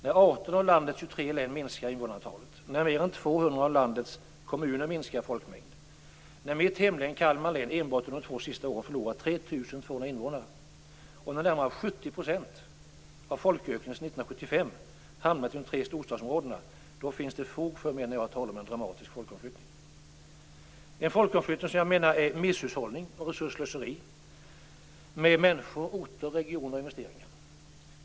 När 18 av landets 23 län minskar i invånarantal, när mer än 200 av landets kommuner minskar i folkmängd, när mitt hemlän, Kalmar län, enbart under de två sista åren förlorar 3 200 invånare och när närmare 70 % av folkökningen sedan 1975 har hamnat i de tre storstadsområdena finns det, menar jag, fog för att tala om en dramatisk folkomflyttning. Det är en folkomflyttning som jag menar är misshushållning och resursslöseri med människor, orter, regioner och investeringar.